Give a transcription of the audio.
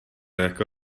jako